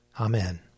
Amen